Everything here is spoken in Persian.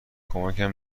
کمکم